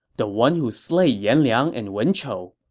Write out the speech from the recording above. the one who slayed yan liang and wen chou?